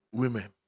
women